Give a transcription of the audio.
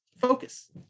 focus